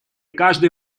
каждый